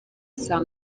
saa